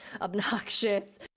obnoxious